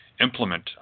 implement